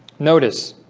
notice